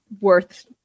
worth